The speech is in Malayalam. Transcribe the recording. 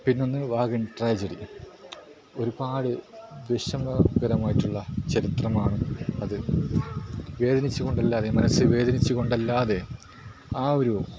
പിന്നെ ഒന്ന് വാഗൻ ട്രാജഡി ഒരുപാട് വിഷമകരമായിട്ടുള്ള ചരിത്രമാണ് അത് വേദനിച്ച് കൊണ്ടല്ലാതെ മനസ്സ് വേദനിച്ച് കൊണ്ടല്ലാതെ ആ ഒരു